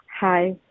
Hi